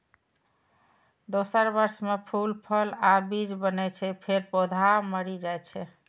दोसर वर्ष मे फूल, फल आ बीज बनै छै, फेर पौधा मरि जाइ छै